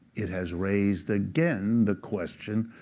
it has raised again the question,